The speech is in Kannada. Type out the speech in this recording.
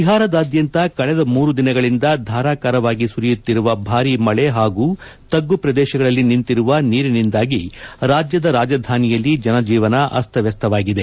ಬಿಹಾರದಾದ್ಯಂತ ಕಳೆದ ಮೂರು ದಿನಗಳಿಂದ ಧಾರಾಕಾರವಾಗಿ ಸುರಿಯುತ್ತಿರುವ ಭಾರೀ ಮಳೆ ಹಾಗೂ ತಗ್ಗು ಪ್ರದೇಶಗಳಲ್ಲಿ ನಿಂತಿರುವ ನೀರಿನಿಂದಾಗಿ ರಾಜ್ಯದ ರಾಜಧಾನಿಯಲ್ಲಿ ಜನಜೀವನ ಅಸ್ತವ್ಯಸ್ತವಾಗಿದೆ